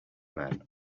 men